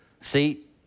See